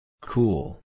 Cool